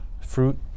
fruit